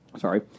sorry